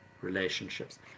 relationships